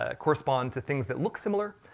ah correspond to things that look similar,